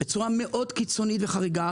בצורה מאוד קיצונית וחריגה,